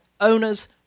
owners